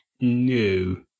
No